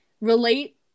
relate